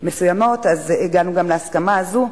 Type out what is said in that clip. הגענו גם להסכמה הזאת,